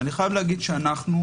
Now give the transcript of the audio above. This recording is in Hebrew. אני חייב להגיד שאנחנו,